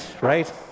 right